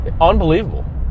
Unbelievable